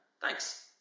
thanks